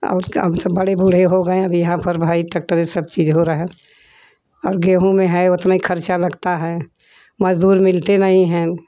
और का हमसे बड़े बूढ़े हो गये है बिहार फॉर भाई टकटरे सब चीज़ हो रहा है और गेहूँ है उतने ही खर्चा लगता है मजदूर मिलते नहीं हैं